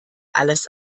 alles